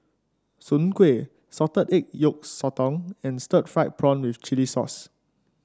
Soon Kway Salted Egg Yolk Sotong and Stir Fried Prawn with Chili Sauce